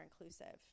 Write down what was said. inclusive